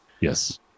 Yes